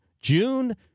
June